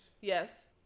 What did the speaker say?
yes